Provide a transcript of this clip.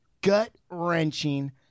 gut-wrenching